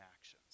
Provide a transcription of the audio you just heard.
actions